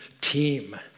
team